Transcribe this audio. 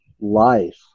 life